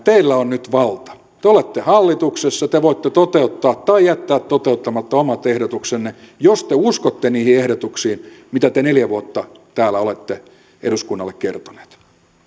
teillä on nyt valta te olette hallituksessa te voitte toteuttaa tai jättää toteuttamatta omat ehdotuksenne jos te uskotte niihin ehdotuksiin mitä te neljä vuotta täällä olette eduskunnalle kertoneet ihan